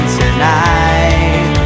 tonight